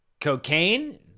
cocaine